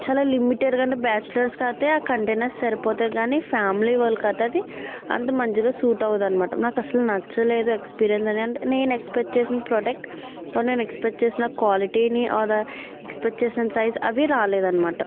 చాలా లిమిటెడ్గా అంటే బ్యాచిలర్స్కు అయితే ఆ కంటైనర్స్ సరిపోతాయి కానీ ఫ్యామిలీ వాళ్ళకి అయితే అది అంత మంచిగా సూట్ అవ్వదు అన్నమాట నాకు అసలు నచ్చలేదు ఎక్స్పీరియన్స్ అంటే నేను ఎక్స్పెక్ట్ చేసిన ప్రాడక్ట్ నేను ఎక్స్పెక్ట్ చేసిన క్వాలిటీని అలా ఎక్స్పెక్ట్ చేసిన సైజ్ అవి రాలేదు అన్నమాట